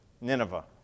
Nineveh